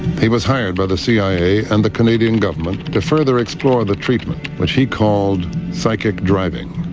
he was hired by the cia and the canadian government to further explore the treatment, which he called psychic driving.